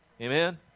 Amen